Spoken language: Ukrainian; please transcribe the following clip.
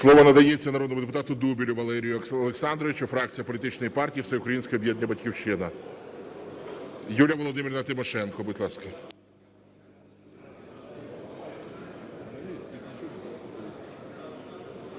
Слово надається народному депутату Дубелю Валерію Олександровичу, фракція політичної партії Всеукраїнське об'єднання "Батьківщина". Юлія Володимирівна Тимошенко, будь ласка.